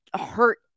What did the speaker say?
hurt